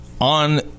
On